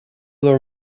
bhur